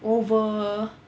oval